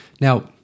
Now